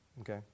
okay